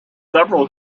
several